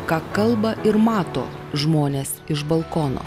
ką kalba ir mato žmonės iš balkono